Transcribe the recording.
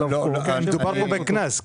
מדובר בקנס.